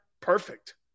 perfect